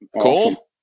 Cool